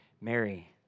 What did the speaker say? Mary